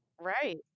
right